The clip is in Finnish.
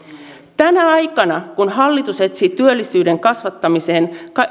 tänä aikana kun hallitus etsii työllisyyden kasvattamiseen